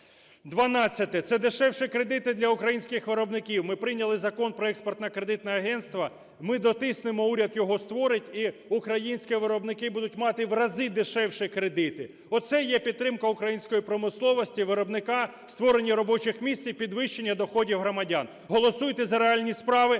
Це дешевші кредити для українських виробників. Ми прийняли закон про Експортно-кредитне агентство. Ми дотиснемо, уряд його створить і українські виробники будуть мати в рази дешевші кредити. Оце є підтримка української промисловості, виробника в створенні робочих місць і підвищення доходів громадян. Голосуйте за реальні справи,